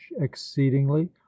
exceedingly